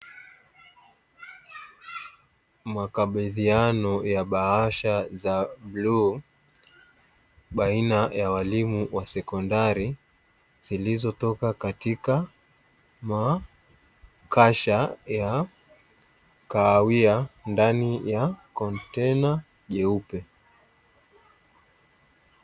Makabidhiano ya bahasha za bluu, baina ya walimu wa sekondari, zilizotoka katika makasha ya kahawia ndani ya kontena jeupe.